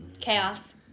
Chaos